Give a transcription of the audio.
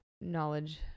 knowledge